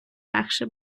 легше